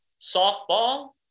softball